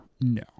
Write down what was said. No